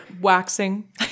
waxing